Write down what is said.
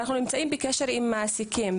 ואנחנו נמצאים בקשר עם מעסיקים.